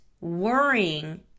worrying